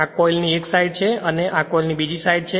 આ કોઇલની એક સાઈડ છે અને આ કોઇલની બીજી સાઈડ છે